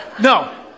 No